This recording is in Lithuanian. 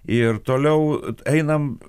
ir toliau einam